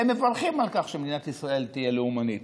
הם מברכים על כך שמדינת ישראל תהיה לאומנית,